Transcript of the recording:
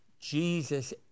Jesus